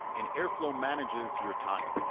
and airflow manages your time